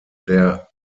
der